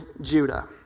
Judah